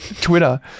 Twitter